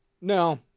No